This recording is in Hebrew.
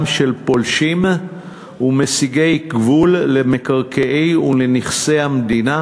של פולשים ומסיגי גבול למקרקעי ולנכסי המדינה,